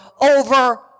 over